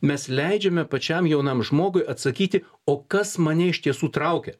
mes leidžiame pačiam jaunam žmogui atsakyti o kas mane iš tiesų traukia